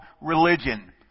religion